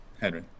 Henry